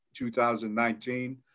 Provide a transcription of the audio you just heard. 2019